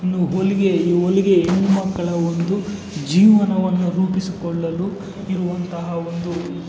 ಇನ್ನು ಹೊಲಿಗೆ ಈ ಹೊಲಿಗೆ ಹೆಣ್ಣುಮಕ್ಕಳ ಒಂದು ಜೀವನವನ್ನು ರೂಪಿಸಿಕೊಳ್ಳಲು ಇರುವಂತಹ ಒಂದು